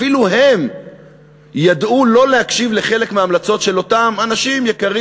אפילו הם ידעו שלא להקשיב לחלק מההמלצות של אותם אנשים יקרים